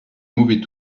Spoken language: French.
mauvais